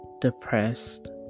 depressed